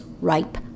ripe